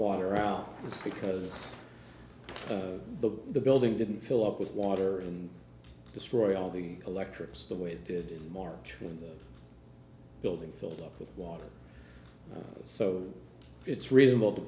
out because the the building didn't fill up with water and destroy all the electress the way it did in march when the building filled up with water so it's reasonable to